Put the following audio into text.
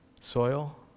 soil